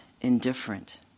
indifferent